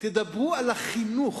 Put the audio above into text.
תדברו על החינוך,